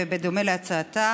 ובדומה להצעתה